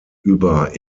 über